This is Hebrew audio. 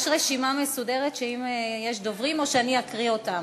יש רשימה מסודרת של דוברים או שאני אקריא אותם?